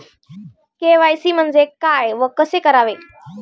KYC म्हणजे काय व कसे करावे?